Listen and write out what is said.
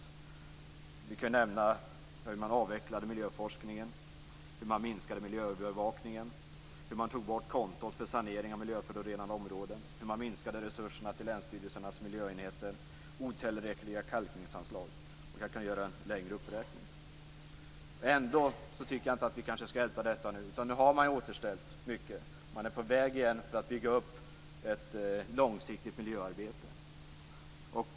Jag kan nämna den avvecklade miljöforskningen, den minskade miljöövervakningen, borttagandet av kontot för sanering av miljöförorenande områden, de minskade resurserna till länsstyrelsernas miljöenheter och otillräckliga kalkningsanslag. Jag skulle kunna göra en längre uppräkning. Ändå tycker jag kanske inte att vi ska älta detta nu. Nu har man återställt mycket. Man är på väg att bygga upp ett långsiktigt miljöarbete igen.